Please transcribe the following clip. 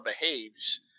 behaves